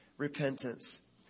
Repentance